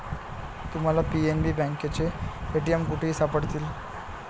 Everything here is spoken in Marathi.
तुम्हाला पी.एन.बी बँकेचे ए.टी.एम कुठेही सापडतील